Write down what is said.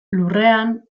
lurrean